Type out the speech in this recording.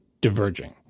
diverging